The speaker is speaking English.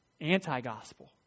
anti-gospel